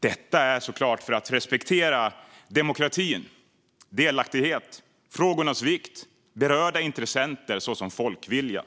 Detta är såklart för att respektera demokratin, delaktighet, frågornas vikt och berörda intressenter såsom folkviljan.